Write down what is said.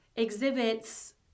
exhibits